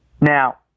Now